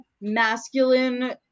masculine